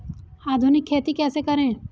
आधुनिक खेती कैसे करें?